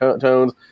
tones